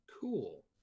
Cool